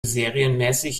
serienmäßig